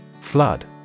Flood